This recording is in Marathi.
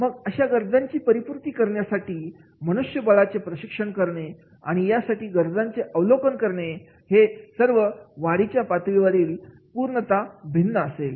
मग अशा गरजांची परिपूर्ती करण्यासाठी मनुष्य बाळांचे प्रशिक्षण करणे आणि यासाठी गरजांचे अवलोकन करणे हे सर्व वाढीच्या पातळीवरती पूर्णतः भिन्न असेल